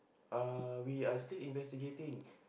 ah we are still investigating